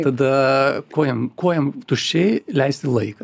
tada ko jiem ko jiem tuščiai leisti laiką